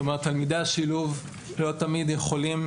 זאת אומרת, תלמידי השילוב לא תמיד יכולים